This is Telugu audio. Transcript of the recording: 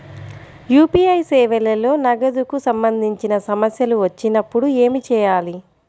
యూ.పీ.ఐ సేవలలో నగదుకు సంబంధించిన సమస్యలు వచ్చినప్పుడు ఏమి చేయాలి?